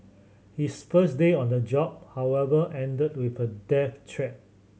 his first day on the job however ended with a death threat